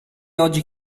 oggi